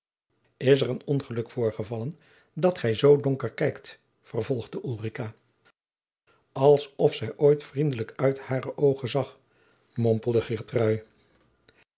is er een ongeluk voorgevallen dat gij zoo donker kijkt vervolgde ulrica alsof zij ooit vriendelijk uit hare oogen zag